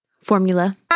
formula